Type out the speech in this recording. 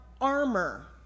armor